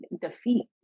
defeat